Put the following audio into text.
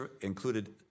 included